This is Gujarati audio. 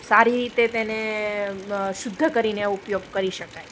સારી રીતે તેને શુદ્ધ કરીને ઉપયોગ કરી શકાય